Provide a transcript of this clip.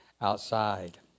outside